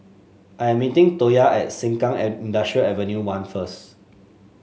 I am meeting Toya at Sengkang Industrial Avenue One first